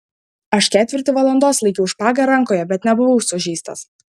aš ketvirtį valandos laikiau špagą rankoje bet nebuvau sužeistas